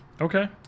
Okay